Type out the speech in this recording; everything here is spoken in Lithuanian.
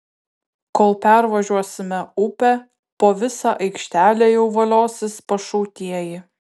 kol pervažiuosime upę po visą aikštelę jau voliosis pašautieji